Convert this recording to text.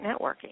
networking